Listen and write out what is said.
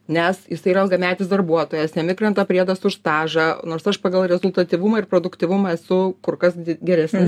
nes jisai yra ilgametis darbuotojas jam įkrenta priedas už stažą nors aš pagal rezultatyvumą ir produktyvumą esu kur kas geresnis